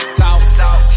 talk